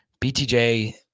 BTJ